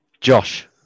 Josh